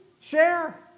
share